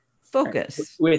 focus